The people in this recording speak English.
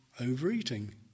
overeating